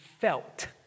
felt